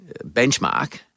benchmark